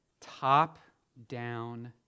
top-down